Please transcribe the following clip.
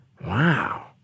Wow